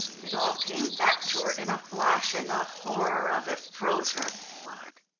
it all came back to her in a flash, and the horror of it froze her blood.